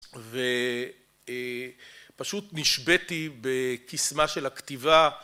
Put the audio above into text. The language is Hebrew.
ופשוט נשבתי בקיסמה של הכתיבה.